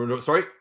Sorry